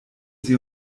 sie